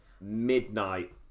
midnight